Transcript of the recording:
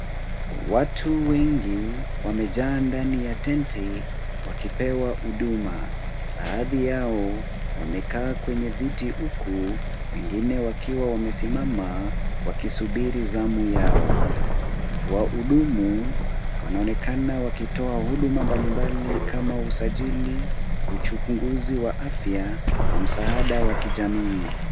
Watu wengi wamejaa ndani ya tenti wakipewa huduma. Baadhi yao wamekaa kwenye viti huku wengine wakiwa wamesimama wasubiria zamu yao. Wahudumu wanaonekana wakitoa huduma mbalimbali kama usajili, uchunguzi wa afya na msaada wa kijamii.